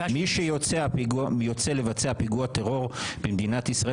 מי שיוצא לבצע פיגוע טרור במדינת ישראל